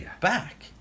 back